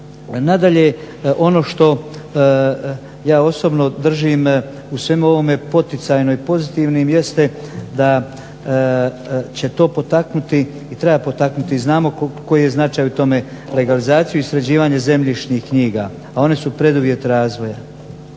Nadalje, ono što ja osobno držim u svemu ovome poticajno i pozitivnim jeste da će to potaknuti i treba potaknuti i znamo koji je značaj u tome, legalizaciju i sređivanje zemljišnih knjiga, a one su preduvjet razvoja.